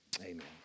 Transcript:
amen